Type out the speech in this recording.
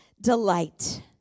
Delight